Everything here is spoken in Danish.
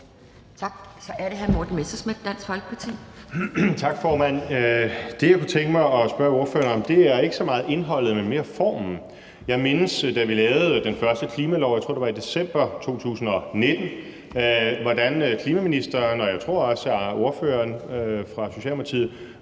Kl. 12:05 Morten Messerschmidt (DF): Tak, formand. Det, jeg kunne tænke mig at spørge ordføreren om, er ikke så meget indholdet, men mere formen. Jeg mindes, da vi lavede den første klimalov – jeg tror, det var i december 2019 – hvordan klimaministeren og, tror jeg, også ordføreren for Socialdemokratiet